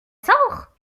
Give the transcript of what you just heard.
sort